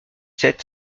sept